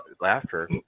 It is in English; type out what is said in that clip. laughter